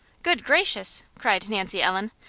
good gracious! cried nancy ellen.